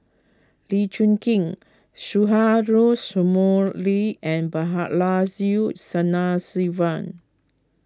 Lee Choon keen Sumari and Balaji Sadasivan